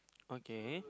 okay